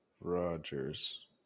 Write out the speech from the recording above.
Rodgers